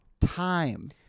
Time